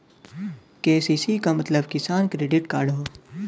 KCC क मतलब Kisan credit card हौ